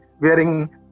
wearing